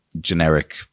generic